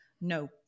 no